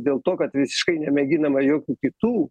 dėl to kad visiškai nemėginama jokių kitų